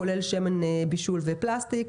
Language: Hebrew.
כולל שמן בישול ופלסטיק,